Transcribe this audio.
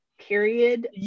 period